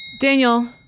Daniel